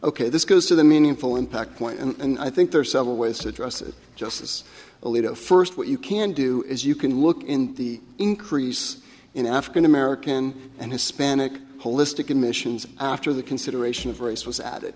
ok this goes to the meaningful impact point and i think there are several ways to address it justice alito first what you can do is you can look in the increase in african american and hispanic holistic admissions after the consideration of race was added